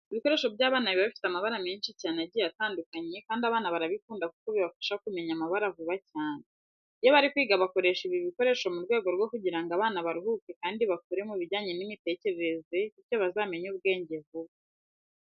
Ibikoresho by'abana biba bifite amabara menshi cyane agiye atandukanye kandi abana barabikunda kuko bibafasha kumenya amabara vuba cyane. Iyo bari kwiga bakoresha ibi bikinisho mu rwego rwo kugira ngo abana baruhuke kandi bakure mu bijyanye n'imitekerereze bityo bazamenye ubwenge vuba.